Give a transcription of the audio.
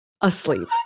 asleep